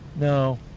No